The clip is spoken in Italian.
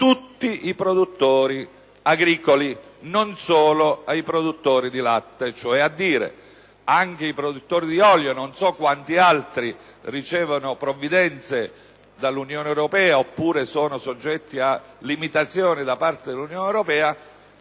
tutti i produttori agricoli e non solo ai produttori di latte. In altri termini, anche i produttori di olio e non so quanti altri che ricevono provvidenze dall'Unione europea o sono soggetti a limitazioni da parte della stessa